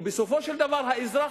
ובסופו של דבר האזרח,